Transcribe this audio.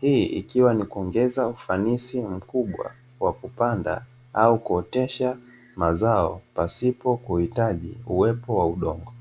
Hii ikiwa ni kuongeza ufanisi mkubwa wa kupanda au kuotesha mazao pasipo kuhitaji uwepo wa udongo.